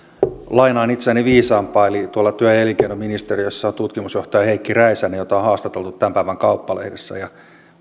lainaan itseäni viisaampaa eli tuolla työ ja elinkeinoministeriössä on tutkimusjohtaja heikki räisänen jota on haastateltu tämän päivän kauppalehdessä